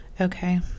Okay